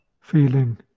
feeling